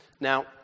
Now